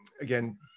again